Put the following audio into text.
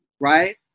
right